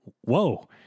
whoa